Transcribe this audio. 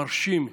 מרשים,